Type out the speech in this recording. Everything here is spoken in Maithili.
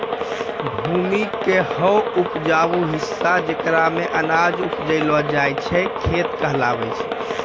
भूमि के हौ उपजाऊ हिस्सा जेकरा मॅ अनाज उपजैलो जाय छै खेत कहलावै छै